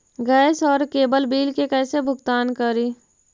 Gas और cable bill के कैसे भुगतान करी?